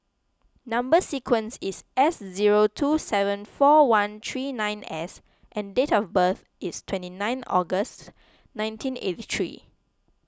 Number Sequence is S zero two seven four one three nine S and date of birth is twenty nine August nineteen eighty three